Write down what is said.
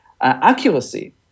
accuracy